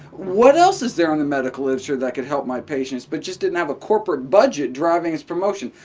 what else is there in the medical literature that could help my patients, but just didn't have a corporate budget driving its promotion?